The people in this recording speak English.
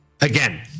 again